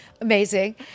amazing